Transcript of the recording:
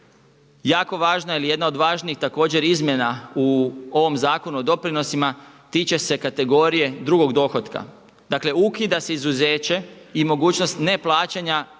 Jako važna ili jedna od važnijih također izmjena u ovom Zakonu o doprinosima tiče se kategorije drugog dohotka. Dakle, ukida se izuzeće i mogućnost neplaćanja